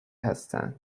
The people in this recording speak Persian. هستن